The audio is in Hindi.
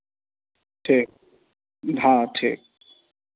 ठीक हाँ ठीक